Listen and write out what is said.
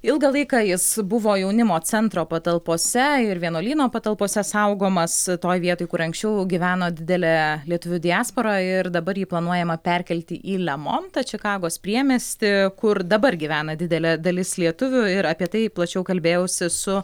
ilgą laiką jis buvo jaunimo centro patalpose ir vienuolyno patalpose saugomas toj vietoj kur anksčiau gyveno didele lietuvių diaspora ir dabar jį planuojama perkelti į lemontą čikagos priemiestį kur dabar gyvena didelė dalis lietuvių ir apie tai plačiau kalbėjausi su